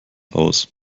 aus